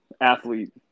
athlete